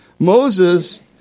Moses